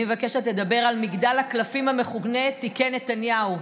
אני מבקשת לדבר על מגדל הקלפים המכונה תיקי נתניהו,